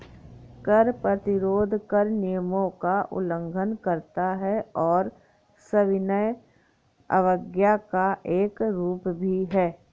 कर प्रतिरोध कर नियमों का उल्लंघन करता है और सविनय अवज्ञा का एक रूप भी है